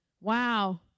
Wow